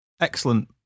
excellent